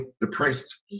depressed